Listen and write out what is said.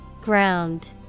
Ground